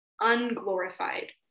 Unglorified